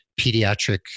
pediatric